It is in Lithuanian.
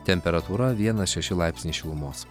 temperatūra vienas šeši laipsniai šilumos